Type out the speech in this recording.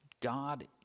God